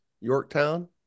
Yorktown